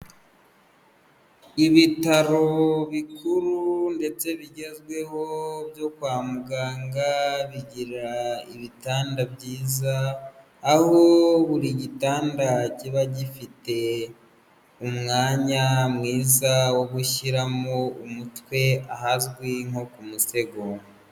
Ibitaro bikuru ndetse bigezweho byo kwa muganga bigira ibitanda byiza aho buri gitanda kiba gifite umwanya mwiza wo gushyiramo umutwe ahazwi nko ku musego.